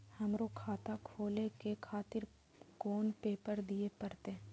हमरो खाता खोले के खातिर कोन पेपर दीये परतें?